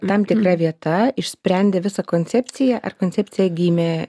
tam tikra vieta išsprendė visą koncepciją ar koncepcija gimė